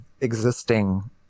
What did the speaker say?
existing